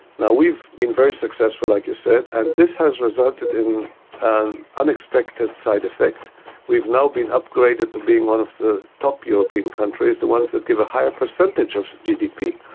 we've been very successful, like you said, and this has resulted in an unexpected side-effect we've now been upgraded to being one of the top european countries, the ones that give a higher percentage of gdp.